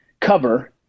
cover